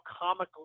comically